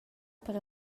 per